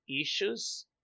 issues